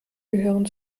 gehören